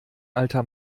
alter